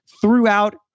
throughout